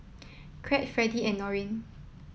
Crete Fredie and Norine